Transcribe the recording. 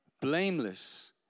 blameless